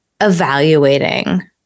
Evaluating